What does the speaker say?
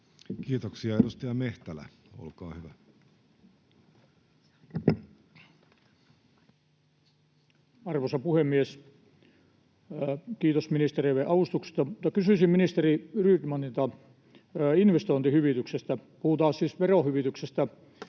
2025 Time: 13:30 Content: Arvoisa puhemies! Kiitos ministereille alustuksesta. Kysyisin ministeri Rydmanilta investointihyvityksestä. Puhutaan siis verohyvityksestä